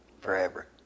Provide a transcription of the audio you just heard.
Forever